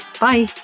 Bye